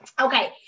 okay